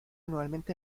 anualmente